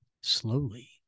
Slowly